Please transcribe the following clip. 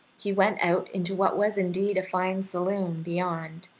he went out into what was indeed a fine saloon beyond,